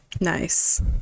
Nice